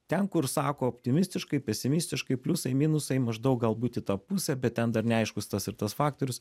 ten kur sako optimistiškai pesimistiškai pliusai minusai maždaug galbūt į tą pusę bet ten dar neaiškus tas ir tas faktorius